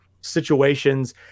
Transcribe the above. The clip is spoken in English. situations